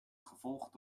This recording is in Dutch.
gevolgd